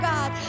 God